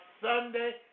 Sunday